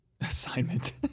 Assignment